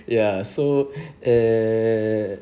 ya so err